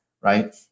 right